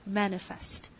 manifest